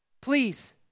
Please